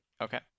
Okay